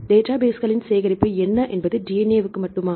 டேட்டாபேஸ்களின் சேகரிப்பு என்பது DNAவுக்கு மட்டுமா